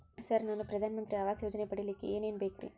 Sir ನಾನು ಪ್ರಧಾನ ಮಂತ್ರಿ ಆವಾಸ್ ಯೋಜನೆ ಪಡಿಯಲ್ಲಿಕ್ಕ್ ಏನ್ ಏನ್ ಬೇಕ್ರಿ?